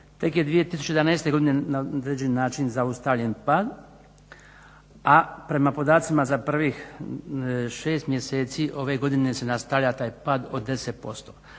Tek je 2011. godine na određeni način zaustavljen pad, a prema podacima za prvih 6 mjeseci ove godine se nastavlja taj pad od 10%.